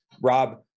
rob